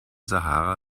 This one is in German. sahara